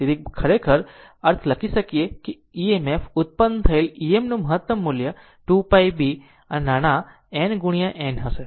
તેથી બરાબર છે આપણે તેનો અર્થ લખી શકીએ છીએ EMF ઉત્પન્ન થયેલ Em નું મહત્તમ મૂલ્ય 2 π B ના નાના n ગુણ્યા N હશે